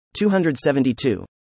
272